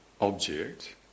object